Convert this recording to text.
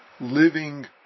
living